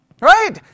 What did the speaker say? Right